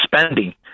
spending